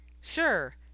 Sure